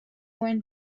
when